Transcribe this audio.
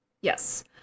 Yes